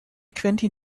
quentin